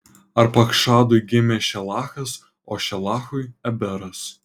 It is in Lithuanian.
arpachšadui gimė šelachas o šelachui eberas